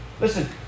Listen